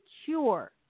secure